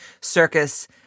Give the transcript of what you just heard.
circus